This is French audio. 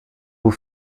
vous